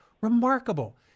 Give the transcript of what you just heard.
Remarkable